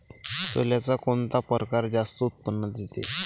सोल्याचा कोनता परकार जास्त उत्पन्न देते?